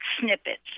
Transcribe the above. snippets